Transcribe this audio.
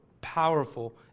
powerful